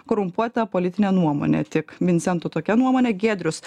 korumpuota politinė nuomonė tik vincento tokia nuomonė giedrius